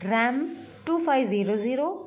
ram two five zero zero